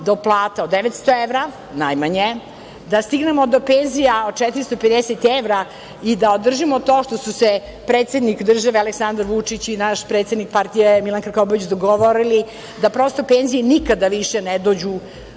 do plata od 900 evra najmanje, da stignemo do penzija od 450 evra i da održimo to što su se predsednik države Aleksandar Vučić i naš predsednik partije Milan Krkobabić dogovorili, da penzioneri nikada više ne dođu